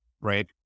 right